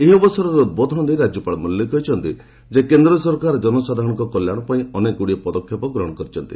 ଏହି ଅବସରରେ ଉଦ୍ବୋଧନ ଦେଇ ରାଜ୍ୟପାଳ ମଲିକ କହିଛନ୍ତି କେନ୍ଦ୍ର ସରକାର ଜନସାଧାରଣଙ୍କ କଲ୍ୟାଣ ପାଇଁ ଅନେକଗୁଡ଼ିଏ ପଦକ୍ଷେପ ଗ୍ରହଣ କରିଛନ୍ତି